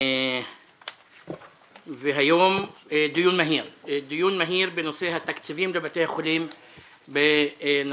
על סדר היום דיון מהיר בנושא התקציבים לבתי החולים בנצרת,